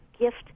gift